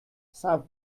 saint